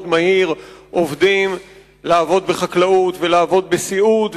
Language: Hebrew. מהיר עובדים לעבוד בחקלאות ולעבוד בסיעוד,